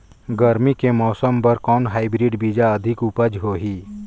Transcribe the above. गरमी के मौसम बर कौन हाईब्रिड बीजा अधिक उपज होही?